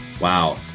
Wow